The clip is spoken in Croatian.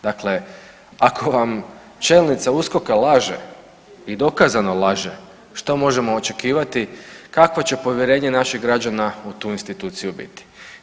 Dakle, ako vam čelnica USKOK-a laže i dokazano laže što možemo očekivati kakvo će povjerenje naših građana u tu instituciju biti.